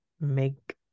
make